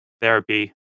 Therapy